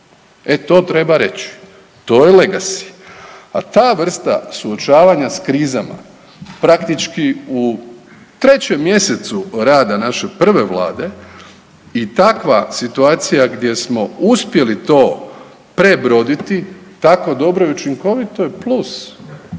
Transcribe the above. E to treba reći. To je legacy. A ta vrsta suočavanja sa krizama praktički u trećem mjesecu rada naše prve Vlade i takva situacija gdje smo uspjeli to prebroditi tako dobro i učinkovito je plus.